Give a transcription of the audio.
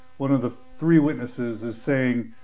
one of the three witnesses, is saying,